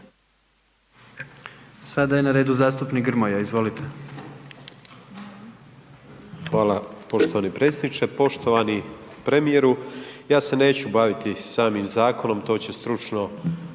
Sada je na redu zastupnik Grmoja, izvolite. **Grmoja, Nikola (MOST)** Hvala poštovani predsjedniče. Poštovani premijeru, ja se neću baviti samim zakonom, to će stručno